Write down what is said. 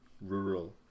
rural